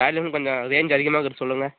volume கொஞ்சம் range அதிகமாருக்கிறது சொல்லுங்க